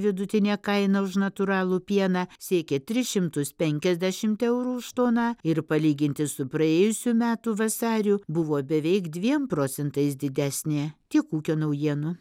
vidutinė kaina už natūralų pieną siekė tris šimtus penkiasdešimt eurų už toną ir palyginti su praėjusių metų vasariu buvo beveik dviem procentais didesnė tiek ūkio naujienų